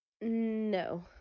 No